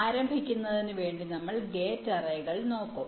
ആരംഭിക്കുന്നതിന് വേണ്ടി നമ്മൾ ഗേറ്റ് അറേകൾ നോക്കും